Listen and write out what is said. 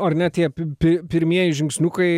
ar ne tie pi pi pirmieji žingsniukai